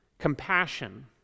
Compassion